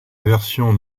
version